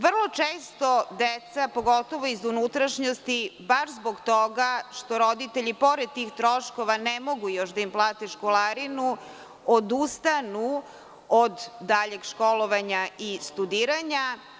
Vrlo često deca, pogotovo iz unutrašnjosti, bar zbog toga što roditelji pored tih troškova ne mogu još da im plate školarinu, odustanu od daljeg školovanja i studiranja.